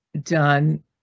done